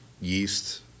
yeast